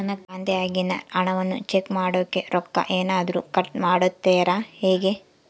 ನನ್ನ ಖಾತೆಯಾಗಿನ ಹಣವನ್ನು ಚೆಕ್ ಮಾಡೋಕೆ ರೊಕ್ಕ ಏನಾದರೂ ಕಟ್ ಮಾಡುತ್ತೇರಾ ಹೆಂಗೆ?